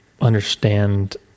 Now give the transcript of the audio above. understand